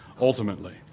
ultimately